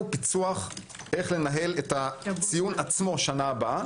פיצוח איך לנהל את הציון עצמו בשנה הבאה.